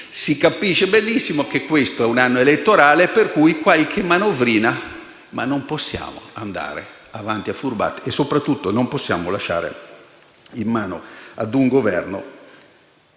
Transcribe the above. Si capisce benissimo che questo è un anno elettorale per cui si pensa a qualche manovrina, ma non possiamo andare avanti a furbate e, soprattutto, non possiamo lasciare in mano ad un Governo